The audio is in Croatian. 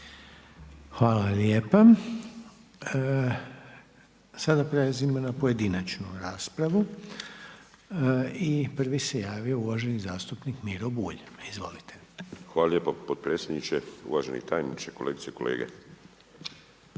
Hvala lijepa. Sada prelazimo na pojedinačnu raspravu. I prvi se javio uvaženi zastupnik Miro Bulj. Izvolite. **Bulj, Miro (MOST)** Hvala lijepo potpredsjedniče, uvaženi tajniče, kolegice i kolege.